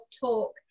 talk